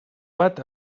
bat